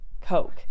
coke